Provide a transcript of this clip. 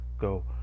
go